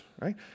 right